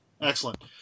Excellent